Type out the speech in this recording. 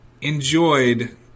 enjoyed